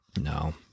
no